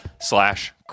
slash